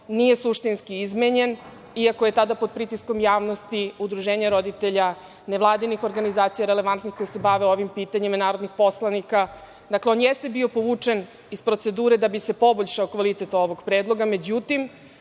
nije suštinski izmenjen, iako je tada pod pritiskom javnosti, udruženja roditelja, nevladinih organizacija relevantnih koje se bave ovim pitanjima i narodnih poslanika. Dakle, on jeste bio povučen iz procedure da bi se poboljšao kvalitet ovog predloga. Međutim,